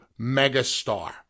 megastar